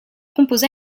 composa